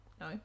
no